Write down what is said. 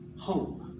home